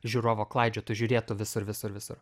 žiūrovo klaidžiotų žiūrėtų visur visur visur